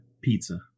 pizza